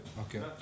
Okay